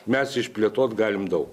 mes išplėtot galim daug